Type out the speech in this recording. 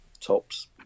tops